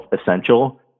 essential